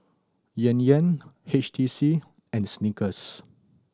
Yan Yan H T C and Snickers